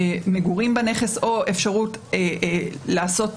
מגורים בנכס, או אפשרות לעשות